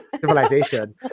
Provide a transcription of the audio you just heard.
civilization